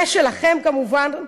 ושלכם כמובן,